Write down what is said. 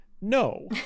No